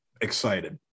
excited